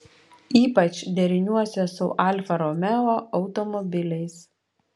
ypač deriniuose su alfa romeo automobiliais